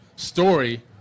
story